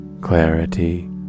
clarity